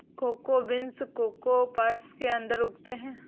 cocoa beans cocoa pods के अंदर उगते हैं